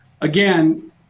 again